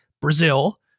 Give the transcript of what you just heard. Brazil